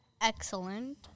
excellent